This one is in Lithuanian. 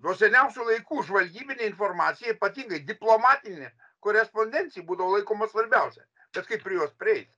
nuo seniausių laikų žvalgybinė informacija ypatingai diplomatinė korespondencija būdavo laikoma svarbiausia bet kaip prie jos prieit